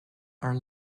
are